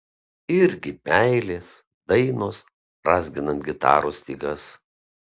irgi meilės dainos brązginant gitaros stygas